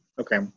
okay